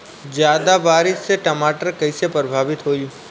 ज्यादा बारिस से टमाटर कइसे प्रभावित होयी?